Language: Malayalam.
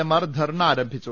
എ മാർ ധർണ്ണ ആരംഭിച്ചു